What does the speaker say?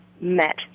met